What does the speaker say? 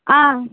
ஆ